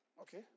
Okay